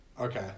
Okay